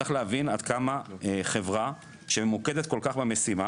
צריך להבין עד כמה חברה שממוקדת כל-כך במשימה